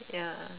ya